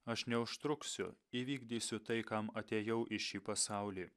aš neužtruksiu įvykdysiu tai kam atėjau į šį pasaulį